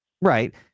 Right